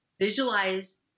visualize